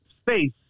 space